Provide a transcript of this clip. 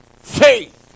faith